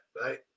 right